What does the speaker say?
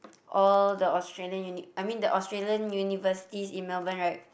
all the Australian uni I mean the Australia universities in Melbourne right